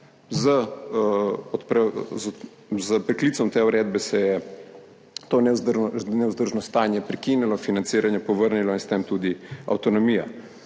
S preklicem te uredbe se je to nevzdržno stanje prekinilo, financiranje povrnilo in s tem tudi avtonomija.